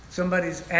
somebody's